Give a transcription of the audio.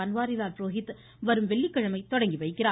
பான்வாரிலால் புரோஹித் வரும் வெள்ளிக்கிழமை தொடங்கிவைக்கிறார்